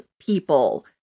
people